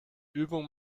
übung